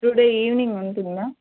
today evening ఉంటుందా